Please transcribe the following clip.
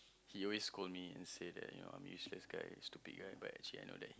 he always scold me and say that you know I'm useless guy stupid guy but actually I know that